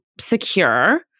secure